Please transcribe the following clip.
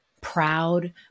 proud